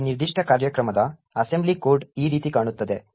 ಈ ನಿರ್ದಿಷ್ಟ ಕಾರ್ಯಕ್ರಮದ ಅಸೆಂಬ್ಲಿ ಕೋಡ್ ಈ ರೀತಿ ಕಾಣುತ್ತದೆ